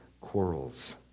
quarrels